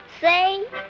Say